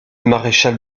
maréchal